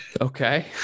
okay